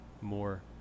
more